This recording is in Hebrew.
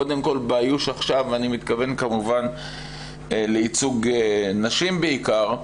קודם כל באיוש עכשיו אני מתכוון כמובן לייצוג נשים בעיקר,